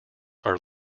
are